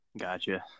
Gotcha